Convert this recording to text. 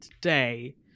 today